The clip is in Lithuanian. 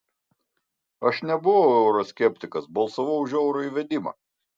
aš nebuvau euro skeptikas balsavau už euro įvedimą